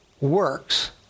works